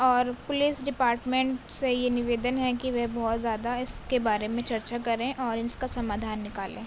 اور police department سے یہ نیویدن ہے کہ وہ بہت زیادہ اس کے بارے میں چرچا کریں اور اس کا سمادھان نکالیں